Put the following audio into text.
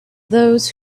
those